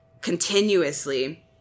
Continuously